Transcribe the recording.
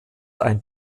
ein